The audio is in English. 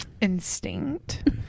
instinct